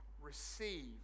receive